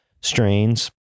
strains